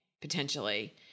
potentially